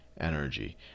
energy